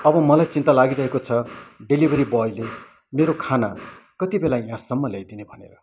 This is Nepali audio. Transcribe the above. अब मलाई चिन्ता लागिरहेको छ डिलिभेरी बोईले मेरो खाना कतिबेला यहाँसम्म ल्याइदिने भनेर